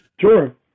Sure